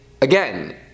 Again